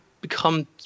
become